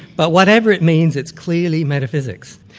but whatever it means it's clearly metaphysics.